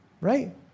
Right